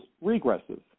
regressive